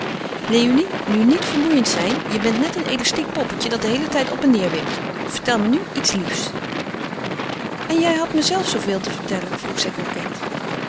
léonie nu niet vermoeiend zijn je bent net een elastiek poppetje dat den heelen tijd op en neêr wipt vertel me nu iets liefs en jij had me zelf zooveel te vertellen vroeg ze